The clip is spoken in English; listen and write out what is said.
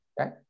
okay